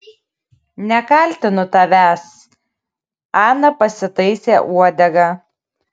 nekaltinu tavęs ana pasitaisė uodegą